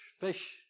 fish